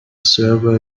server